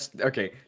Okay